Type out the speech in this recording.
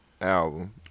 album